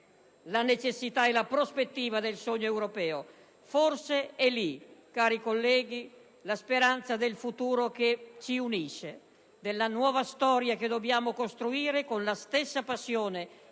la necessità e la prospettiva del sogno europeo. Forse è lì, cari colleghi, la speranza del futuro che ci unisce, della nuova storia che dobbiamo costruire con la stessa passione